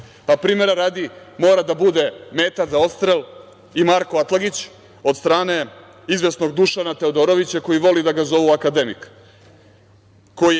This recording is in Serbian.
dabome. Primera radi, mora da bude meta za odstrel i Marko Atlagić od strane izvesnog Dušana Teodorovića koji voli da ga zovu akademik